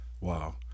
wow